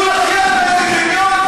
שאנשים ילחצו לך יד באיזה קניון?